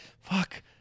fuck